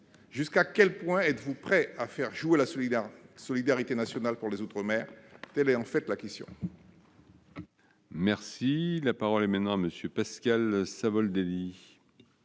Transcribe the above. Jusqu'à quel point êtes-vous prêts à faire jouer la solidarité nationale pour les outre-mer ? Telle est en fait la question.